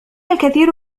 الكثير